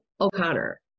O'Connor